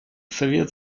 совет